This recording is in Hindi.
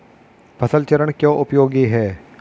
फसल चरण क्यों उपयोगी है?